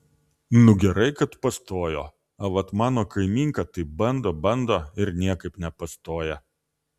nu gerai kad pastojo a vat mano kaimynka tai bando bando ir niekap nepastoja